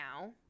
now